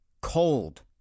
cold